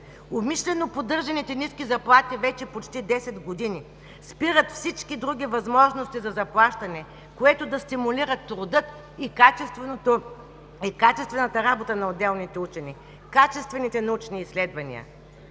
Умишлено поддържаните ниски заплати вече почти десет години спират всички други възможности за заплащане, което да стимулира труда и качествената работа на отделните учени, качествените научни изследвания.